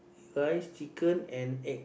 rice chicken and egg